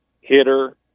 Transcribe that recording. hitter